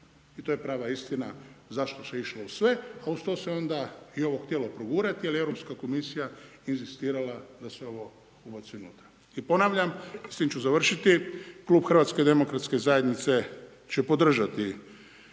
I to je prava istina zašto se išlo u sve, a uz to se onda i ovo htjelo progurati jer Europska komisije inzistirala da se ovo ubaci unutra. I ponavljam i s tim ću završiti Klub Hrvatske demokratske zajednice će podržati